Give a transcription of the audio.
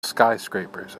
skyscrapers